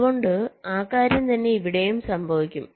അതുകൊണ്ട് ആകാര്യം തന്നെ ഇവിടെയും സംഭവിക്കും